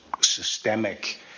systemic